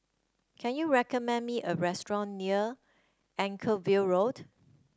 can you recommend me a restaurant near Anchorvale Road